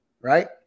right